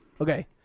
Okay